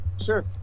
Sure